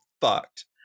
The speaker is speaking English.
fucked